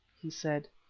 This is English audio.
he said.